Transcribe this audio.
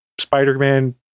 Spider-Man